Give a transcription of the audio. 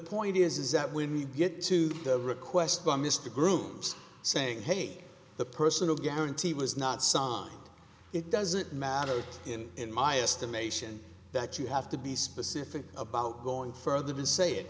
point is is that when you get to the request by mr grooms saying hey the personal guarantee was not signed it doesn't matter in in my estimation that you have to be specific about going further to say i